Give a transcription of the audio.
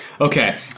Okay